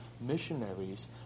missionaries